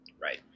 Right